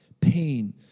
pain